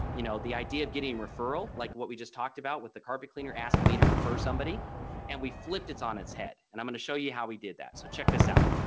you know the idea of getting referrals like what we just talked about with the carpet cleaner asking me to refer somebody and we flipped it's on its head and i'm going to show you how we did that. so check this out.